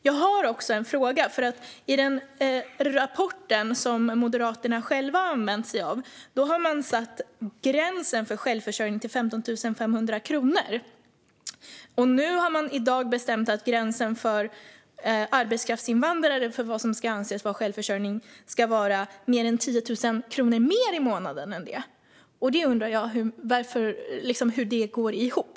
Jag har också en fråga. I den rapport som Moderaterna själva har använt sig av har man satt gränsen för självförsörjning till 15 500 kronor. I dag har man bestämt att gränsen för vad som ska anses vara självförsörjning för arbetskraftsinvandrare ska vara 10 000 kronor mer än det. Jag undrar hur detta går ihop.